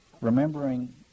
Remembering